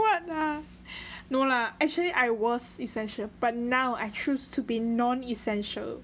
yeah no lah actually I was essential but now I choose to be non essential